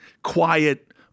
quiet